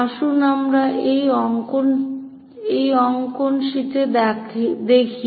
আসুন আমরা এই অঙ্কন শীটটি দেখি